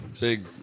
big